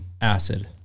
acid